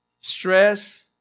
stress